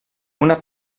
una